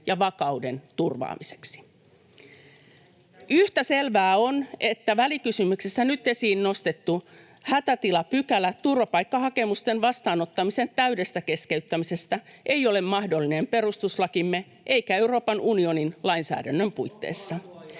ja vakauden turvaamiseksi. Yhtä selvää on, että välikysymyksessä nyt esiin nostettu hätätilapykälä turvapaikkahakemusten vastaanottamisen täydestä keskeyttämisestä ei ole mahdollinen perustuslakimme eikä Euroopan unionin lainsäädännön puitteissa.